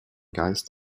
geist